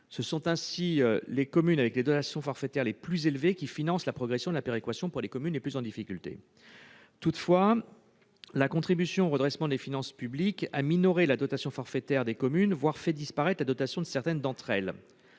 Ce sont ainsi les communes avec les dotations forfaitaires les plus élevées qui financent la progression de la péréquation pour les communes les plus en difficulté. Toutefois, la contribution au redressement des finances publiques a minoré la dotation forfaitaire des communes. Elle a même fait disparaître la dotation de certaines d'entre elles.